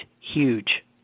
huge